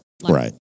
Right